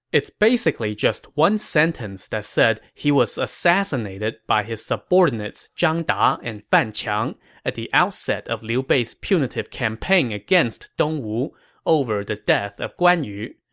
it's basically just one sentence that said he was assassinated by his subordinates zhang da and fan qiang at the outset of liu bei's punitive campaign against dongwu over the death of guan yu.